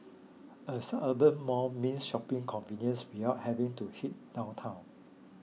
a suburban mall means shopping convenience without having to head downtown